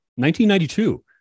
1992